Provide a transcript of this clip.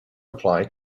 apply